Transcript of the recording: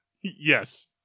Yes